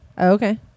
Okay